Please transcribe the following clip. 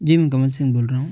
जी मैं कमल सिंह बोल रहा हूँ